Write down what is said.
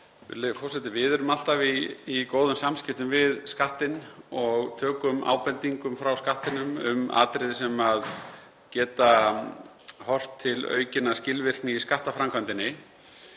Við erum alltaf í góðum samskiptum við Skattinn og tökum ábendingum frá Skattinum um atriði sem geta horft til aukinnar skilvirkni í skattframkvæmdinni.